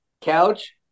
couch